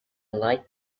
light